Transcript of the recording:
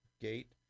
gate